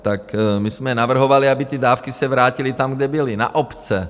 Tak my jsme navrhovali, aby ty dávky se vrátily tam, kde byly: Na obce.